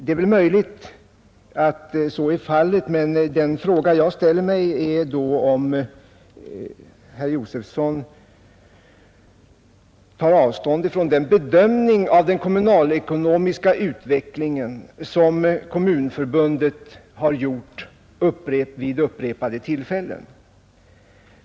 Det är möjligt att så är fallet, men den fråga jag då ställer mig är om herr Josefsson tar avstånd från den bedömning av den kommunalekonomiska utvecklingen som Kommunförbundet har gjort vid upprepade tillfällen.